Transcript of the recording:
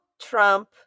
Trump